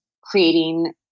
creating